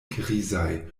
grizaj